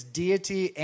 deity